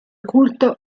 culto